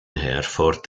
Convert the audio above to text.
herford